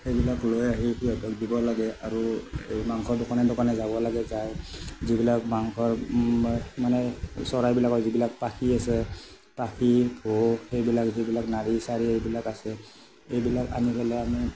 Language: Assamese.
সেইবিলাক লৈ আহি পেলাই সিহঁতক দিব লাগে আৰু এই মাংসৰ দোকানে দোকানে যাব লাগে যাই যিবিলাক মাংসৰ মানে মানে চৰাইবিলাকৰ যিবিলাক পাখি আছে পাখি ঠোঁট সেইবিলাক সেইবিলাক নাড়ী চাৰী এইবিলাক আছে এইবিলাক আনি পেলাই আমি